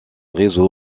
réseau